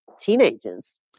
teenagers